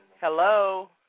Hello